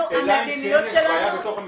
אלא אם כן יש בעיה בתוך המשפחה.